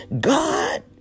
God